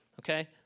okay